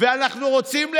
ואנחנו רוצים לאשר,